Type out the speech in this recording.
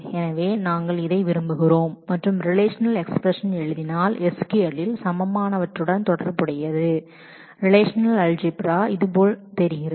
எனவே நாங்கள் இதை விரும்புகிறோம் மற்றும் சமமானவற்றுடன் தொடர்புடையது ரிலேஷநல் அல்ஜீப்ரா இது போல் தெரிகிறது